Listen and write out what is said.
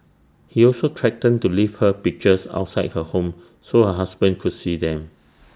he also threatened to leave her pictures outside her home so her husband could see them